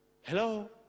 Hello